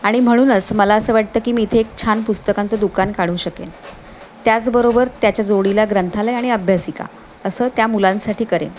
आणि म्हणूनच मला असं वाटतं की मी इथे एक छान पुस्तकांचं दुकान काढू शकेन त्याचबरोबर त्याच्या जोडीला ग्रंथालय आणि अभ्यासिका असं त्या मुलांसाठी करेन